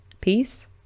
peace